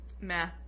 Meh